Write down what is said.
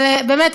אבל באמת,